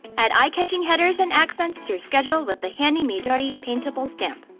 add eye-catching headers and accents to your schedule with the handy midori paintable stamp.